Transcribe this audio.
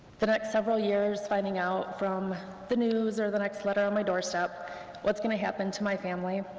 the next several years finding out from the news, or the next letter on my doorstep what's going to happen to my family.